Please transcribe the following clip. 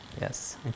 Yes